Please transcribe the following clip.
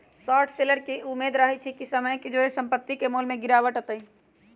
short seller के इ उम्मेद रहइ छइ कि समय के जौरे संपत्ति के मोल में गिरावट अतइ